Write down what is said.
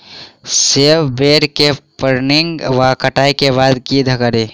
सेब बेर केँ प्रूनिंग वा कटाई केँ बाद की करि?